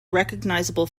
recognizable